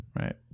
Right